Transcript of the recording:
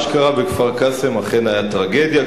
מה שקרה בכפר-קאסם אכן היה טרגדיה,